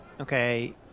Okay